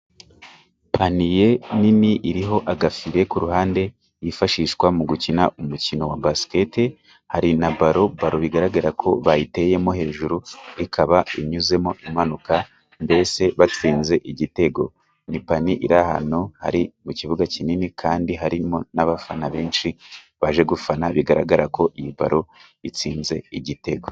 Paniye nini iriho agafire ku ruhande yifashishwa mu gukina umukino wa basiketi, hari na baro, baro bigaragara ko bayiteyemo hejuru ikaba inyuzemo imanuka; mbese batsinze igitego. Ni paniye iri ahantu hari mu kibuga kinini kandi harimo n'abafana benshi baje gufana bigaragara ko iyi baro itsinze igitego.